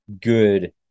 good